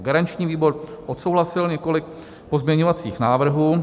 Garanční výbor odsouhlasil několik pozměňovacích návrhů.